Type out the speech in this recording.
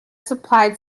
supplied